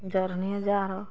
जरने जारऽ